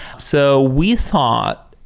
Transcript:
so we thought,